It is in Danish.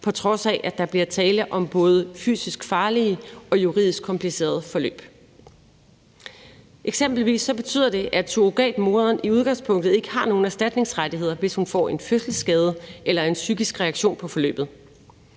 på trods af at der bliver tale om både fysisk farlige og juridisk komplicerede forløb. Eksempelvis betyder det, at surrogatmoren i udgangspunktet ikke har nogen erstatningsrettigheder, hvis hun får en fødselsskade eller en psykisk reaktion på forløbet.